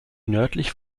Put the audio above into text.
nördlich